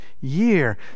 year